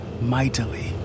mightily